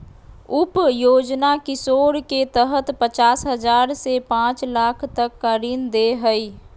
उप योजना किशोर के तहत पचास हजार से पांच लाख तक का ऋण दे हइ